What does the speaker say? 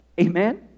Amen